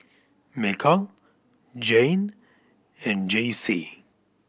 Mikal Jayne and Jaycee